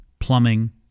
Plumbing